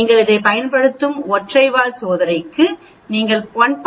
நீங்கள் இதைப் பயன்படுத்தும் ஒற்றை வால் சோதனைக்கு நீங்கள் 1